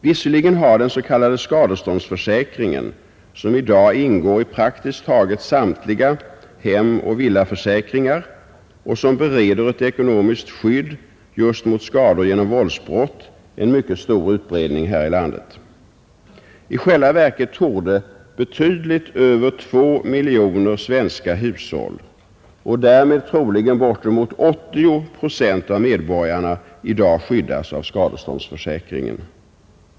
Visserligen har den s.k. skadeståndsförsäkringen, som i dag ingår i praktiskt taget samtliga hemoch villaförsäkringar och som bereder ett ekonomiskt skydd just mot skador genom våldsbrott, en mycket stor utbredning i det här landet. I själva verket torde betydligt över 2 miljoner svenska hushåll och därmed troligen bortemot 80 procent av medborgarna i dag skyddas av skadeståndsförsäkringen.